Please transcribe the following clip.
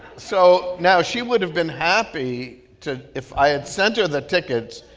so now she would have been happy to if i had sent her the tickets,